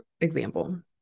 example